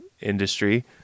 industry